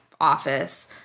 office